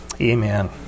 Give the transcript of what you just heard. amen